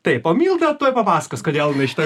taip o milda tuoj papasakos kodėl jinai šitoj